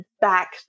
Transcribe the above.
back